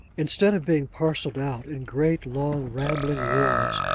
instead of being parcelled out in great, long, rambling wards,